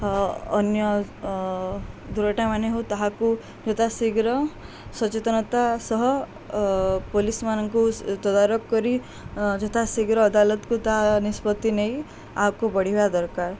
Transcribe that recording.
ଅନ୍ୟ ଦୂରଟା ମାନ ହଉ ତାହାକୁ ଯଥା ଶୀଘ୍ର ସଚେତନତା ସହ ପୋଲିସ୍ ମାନଙ୍କୁ ତଦାରଖ କରି ଯଥାଶୀଘ୍ର ଅଦାଲତକୁ ତାହା ନିଷ୍ପତ୍ତି ନେଇ ଆଗକୁ ବଢ଼ିବା ଦରକାର